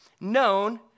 known